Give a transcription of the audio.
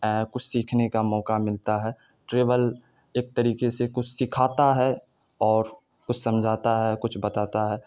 اے کچھ سیکھنے کا موقع ملتا ہے ٹریول ایک طریقے سے کچھ سکھاتا ہے اور کچھ سمجھاتا ہے کچھ بتاتا ہے